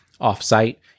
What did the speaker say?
off-site